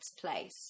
place